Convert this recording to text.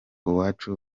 uwacu